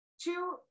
two